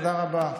תודה רבה.